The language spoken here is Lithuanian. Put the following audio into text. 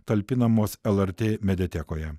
talpinamos lrt mediatekoje